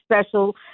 special